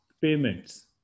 payments